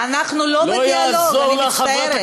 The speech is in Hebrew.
איזה שר זה, אנחנו לא בדיאלוג, אני מצטערת.